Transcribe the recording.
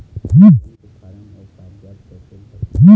Loan के form अऊ कागजात कइसे भरथें?